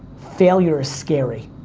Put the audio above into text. failure is scary.